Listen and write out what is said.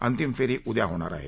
अंतिम फेरी उद्या होणार आहे